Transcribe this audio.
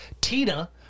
Tina